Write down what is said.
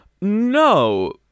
No